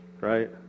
right